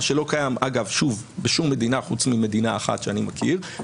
מה שלא קיים בשום מדינה אחת חוץ ממדינה אחת שאני מכיר,